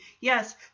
Yes